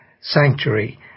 sanctuary